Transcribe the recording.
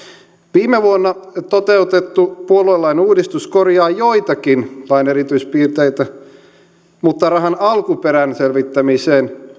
viime vuonna toteutettu puoluelain uudistus korjaa joitakin lain erityispiirteitä mutta rahan alkuperän selvittämiseen